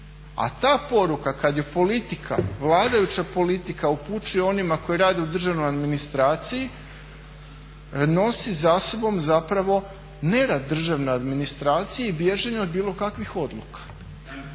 A ta poruka kada ju politika, vladajuća politika upućuje onima koji rade u državnoj administraciji nosi za sobom nerad državne administracije i bježanje od bilo kakvih odluka.